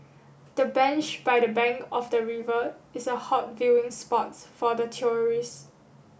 the bench by the bank of the river is a hot viewing spot for the tourist